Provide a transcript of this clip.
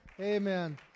Amen